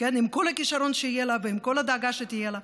עם כל הכישרון שיהיה לה ועם כל הדאגה שתהיה לה,